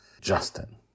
Justin